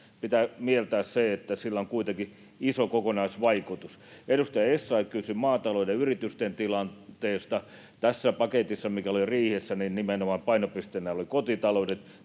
Pitää mieltää se, että sillä on kuitenkin iso kokonaisvaikutus. Edustaja Essayah kysyi maatalouden ja yritysten tilanteesta. Tässä paketissa, mikä oli riihessä, painopisteenä oli nimenomaan kotitaloudet.